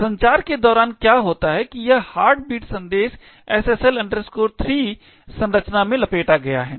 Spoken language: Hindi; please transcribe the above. अब संचार के दौरान क्या होता है कि यह हार्टबीट संदेश SSL 3 संरचना में लपेटा गया है